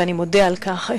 ואני מודה על כך,